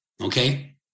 Okay